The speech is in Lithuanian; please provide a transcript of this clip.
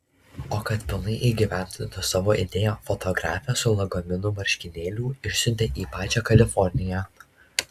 o kad pilnai įgyvendintų savo idėją fotografę su lagaminu marškinėlių išsiuntė į pačią kaliforniją